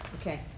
Okay